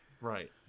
Right